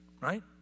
Right